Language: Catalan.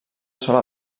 sola